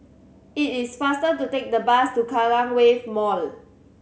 it is faster to take the bus to Kallang Wave Mall